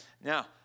Now